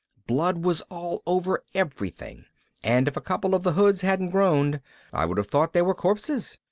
blood was all over everything and if a couple of the hoods hadn't groaned i would have thought they were corpses.